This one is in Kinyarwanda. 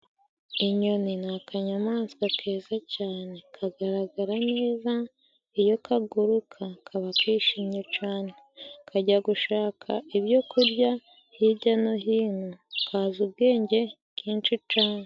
Inyoni ni akanyamaswa keza cane kagaragara neza iyo kaguruka kaba kishimye cane, kajya gushaka ibyo kurya hirya no hino kazi ubwenge bwinshi cane.